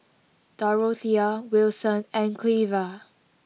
Dorothea Wilson and Cleva